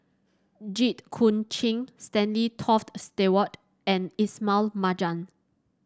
Jit Koon Ch'ng Stanley Toft Stewart and Ismail Marjan